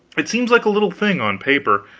it seems like a little thing, on paper,